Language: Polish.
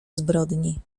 zbrodni